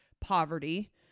poverty